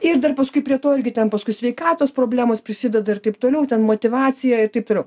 ir dar paskui prie to irgi ten paskui sveikatos problemos prisideda ir kaip toliau ten motyvacija ir taip toliau